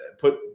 put